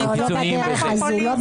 אנחנו קיצונים בזה.